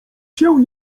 się